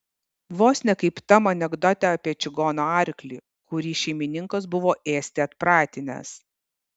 vos ne kaip tam anekdote apie čigono arklį kurį šeimininkas buvo ėsti atpratinęs